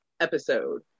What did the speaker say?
episode